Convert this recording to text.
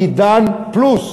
"עידן פלוס".